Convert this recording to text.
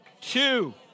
two